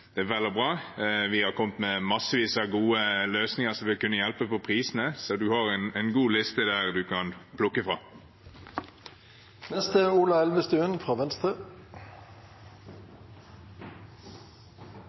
Det er vel og bra. Vi har kommet med massevis av gode løsninger som vil kunne hjelpe på prisene, så man har en god liste der som man kan plukke